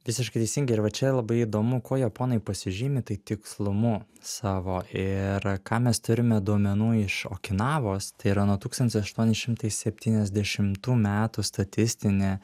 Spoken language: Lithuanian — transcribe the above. visiškai teisingai ir va čia labai įdomu kuo japonai pasižymi tai tikslumu savo ir ką mes turime duomenų iš okinavos tai yra nuo tūkstantis aštuoni šimtai septyniasdešimtų metų statistinė